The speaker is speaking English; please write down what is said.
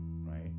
right